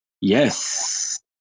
Yes